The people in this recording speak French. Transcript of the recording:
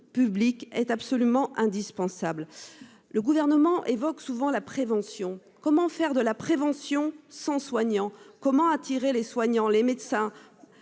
publics est absolument indispensable. Le Gouvernement évoque souvent la prévention, mais comment faire de la prévention sans soignants ? Comment attirer les soignants et les médecins